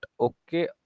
okay